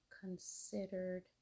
considered